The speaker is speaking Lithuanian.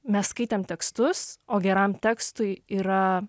mes skaitėm tekstus o geram tekstui yra